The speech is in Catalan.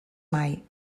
mai